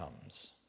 comes